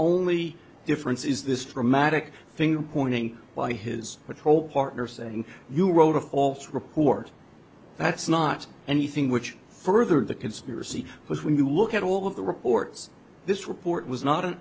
only difference is this dramatic finger pointing by his patrol partner saying you wrote a false report that's not anything which furthered the conspiracy because when you look at all of the reports this report was not an